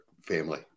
family